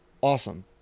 awesome